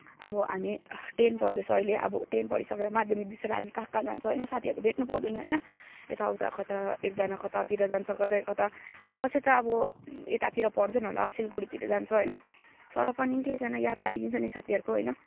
अब हामी टेन पढ्दैछौँ अहिले अब टेन पढिसकेर माध्यामिक दिइसकेर हामी कहाँ कहाँ जान्छौँ होइन साथीहरू भेट्न पाउँदैनौँ होइन यता उता कता एकजना कतातिर जान्छ कता कता कसै त अब यतातिर पढ्दैन होला सिलगढीतिर जान्छ होइन तर पनि केही छैन याद त आइदिन्छ नि साथीहरूको होइन